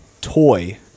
toy